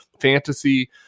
fantasy